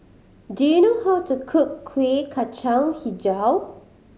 do you know how to cook Kuih Kacang Hijau